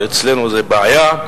ואצלנו זה בעיה,